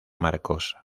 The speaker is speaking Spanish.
marcos